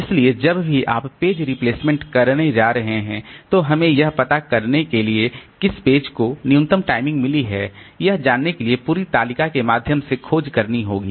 इसलिए जब भी आप पेज रिप्लेसमेंट करने जा रहे हैं तो हमें यह पता करने के लिए कि किस पेज को न्यूनतम टाइमिंग मिली है यह जानने के लिए इस पूरी तालिका के माध्यम से खोज करनी होगी